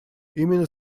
именно